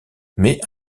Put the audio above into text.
mais